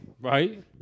Right